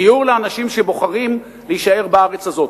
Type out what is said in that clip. דיור לאנשים שבוחרים להישאר בארץ הזאת.